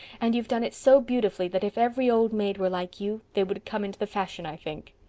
and you've done it so beautifully that if every old maid were like you they would come into the fashion, i think.